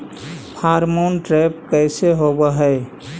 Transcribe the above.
Pheromone trap कैसे होब हई?